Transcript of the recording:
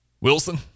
Wilson